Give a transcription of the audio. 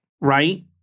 Right